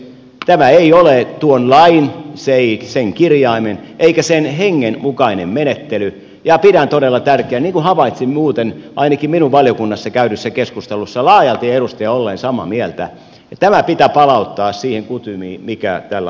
tämä ei ole tuon lain ei sen kirjaimen eikä sen hengen mukainen menettely ja pidän todella tärkeänä niin kuin havaitsin muuten ainakin minun valiokunnassani käydyssä keskustelussa laajalti edustajien olleen samaa mieltä että tämä pitää palauttaa niihin kutimiin mitä tällä aikaisemminkin oli